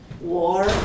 war